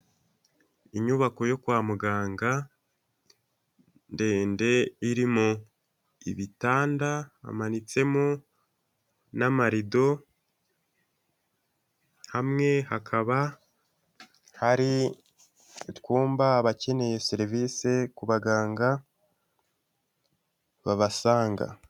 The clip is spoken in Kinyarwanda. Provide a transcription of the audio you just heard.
Inyubako yo kwa muganga, ndende, irimo ibitanda, hamanitsemo n'amarido, hamwe hakaba hari utwumba abakeneye serivise ku baganga babasanga.